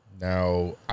Now